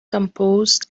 composed